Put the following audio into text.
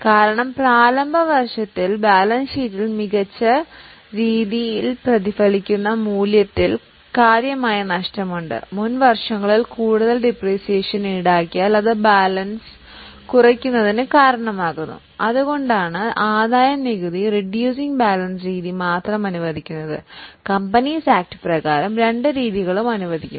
കാരണം ആദ്യ വർഷത്തിൽ ബാലൻസ് ഷീറ്റിൽ മികച്ച രീതിയിൽ പ്രതിഫലിക്കുന്ന മൂല്യത്തിൽ കാര്യമായ നഷ്ടമുണ്ട് മുൻ വർഷങ്ങളിൽ കൂടുതൽ ഡിപ്രീസിയേഷൻ ഈടാക്കിയാൽ അത് ബാലൻസ് കുറയ്ക്കുന്നു അതുകൊണ്ടാണ് ഒരു ആദായനികുതി നിയമം റെഡ്യൂസിങ്ങ് ബാലൻസ് രീതി മാത്രമേ അനുവദിക്കുന്നുള്ളു എന്നാൽ കമ്പനി ആക്ട് രണ്ടു രീതിയും അനുവദിക്കുന്നു